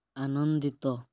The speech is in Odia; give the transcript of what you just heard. ଆନନ୍ଦିତ